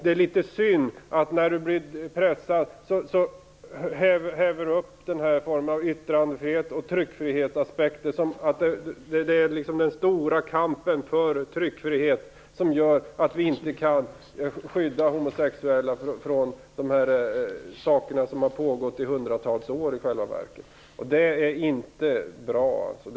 Det är litet synd att Widar Andersson när han blir pressad häver upp den här formen av yttrande och tryckfrihetsaspekter, som att det är den stora kampen för tryckfrihet som gör att vi inte kan skydda homosexuella från de här sakerna, som i själva verket har pågått i hundratals år.